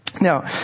Now